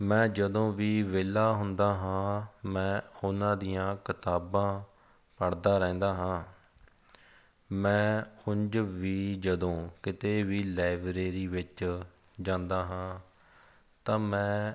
ਮੈਂ ਜਦੋਂ ਵੀ ਵਿਹਲਾ ਹੁੰਦਾ ਹਾਂ ਮੈਂ ਉਹਨਾਂ ਦੀਆਂ ਕਿਤਾਬਾਂ ਪੜ੍ਹਦਾ ਰਹਿੰਦਾ ਹਾਂ ਮੈਂ ਉਂਝ ਵੀ ਜਦੋਂ ਕਿਤੇ ਵੀ ਲਾਇਬ੍ਰੇਰੀ ਵਿੱਚ ਜਾਂਦਾ ਹਾਂ ਤਾਂ ਮੈਂ